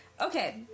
okay